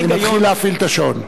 אני מתחיל להפעיל את הראש.